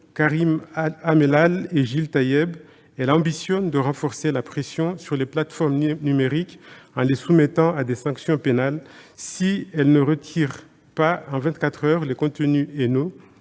Karim Amellal et Gil Taïeb, elle a pour ambition de renforcer la pression sur les plateformes numériques, en les soumettant à des sanctions pénales si elles ne retirent pas en vingt-quatre heures les contenus